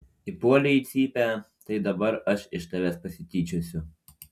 įpuolei į cypę tai dabar aš iš tavęs pasityčiosiu